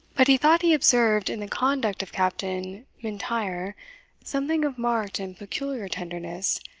but he thought he observed in the conduct of captain m'intyre something of marked and peculiar tenderness,